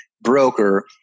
broker